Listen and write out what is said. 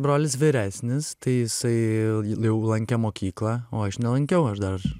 brolis vyresnis tai jisai jau lankė mokyklą o aš nelankiau aš dar